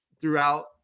throughout